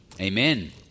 Amen